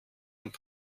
und